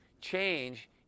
change